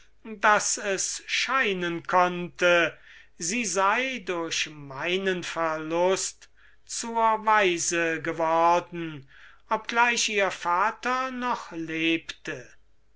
daß es scheinen konnte sie sei durch meinen verlust zur waise geworden obgleich ihr vater noch lebte